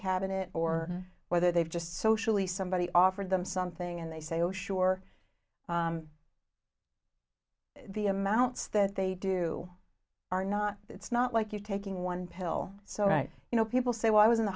cabinet or whether they've just socially somebody offered them something and they say oh sure the amounts that they do are not it's not like you're taking one pill so right you know people say well i was in the